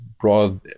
broad